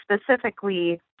Specifically